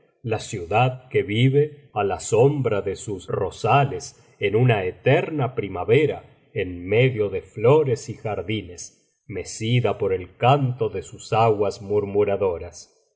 la ciudad que vive á la sombra de sus rosales en una eterna primavera en medio de flores y jardines mecida por el canto de sus aguas